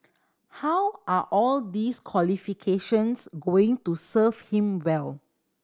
how are all these qualifications going to serve him well